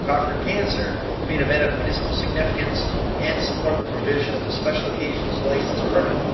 conquer cancer to be an event of municipal significance and support the provision of a special occasions license permit.